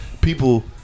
People